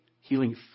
healing